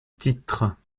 titre